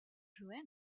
joanna